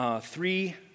three